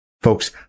folks